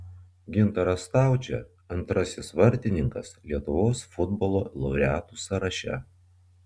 gintaras staučė antrasis vartininkas lietuvos futbolo laureatų sąraše